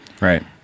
Right